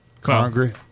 congress